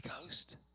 ghost